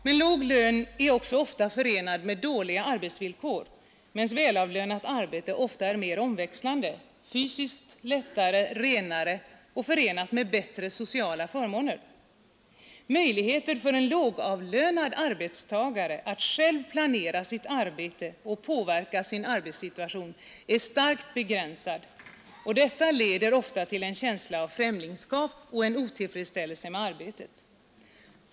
Men låg lön är också ofta förenad med dåliga arbetsvillkor, medan välavlönat arbete i regel är mer omväxlande, fysiskt lättare, renare och förenat med bättre sociala förmåner. Möjligheten för en lågavlönad arbetstagare att själv planera sitt arbete och påverka sin arbetssituation är starkt begränsad, och detta leder ofta till en känsla av främlingskap och otillfredsställelse med arbetet.